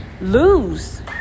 lose